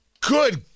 Good